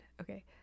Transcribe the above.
Okay